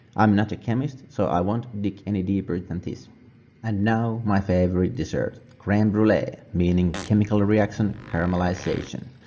i'm not a chemist so i won't dig any deeper than. this and now my favorite dessert creme brulee! meaning chemical reaction caramelization.